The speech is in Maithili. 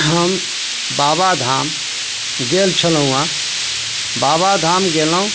हम बाबा धाम गेल छलहुँ हँ बाबा धाम गेलहुँ